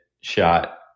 shot